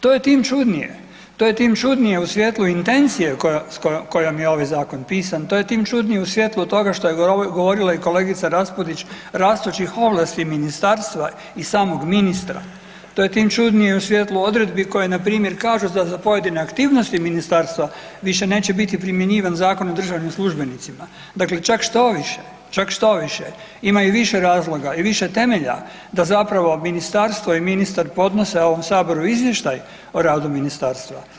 To je tim čudnije, to je tim čudnije u svjetlu intencije kojom je ovaj zakon pisan, to je tim čudnije u svjetlu toga što je govorila i kolegica Raspudić, rastućih ovlasti ministarstva i samog ministra, to je tim čudnije i u svjetlu odredbi koje npr. kažu za pojedine aktivnosti ministarstva više neće biti primjenjivan Zakon o državnim službenicima, dakle čak štoviše, čak štoviše, imaju više razloga i više temelja da zapravo ministarstvo i ministar podnose ovom Saboru izvještaj o radu ministarstva.